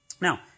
Now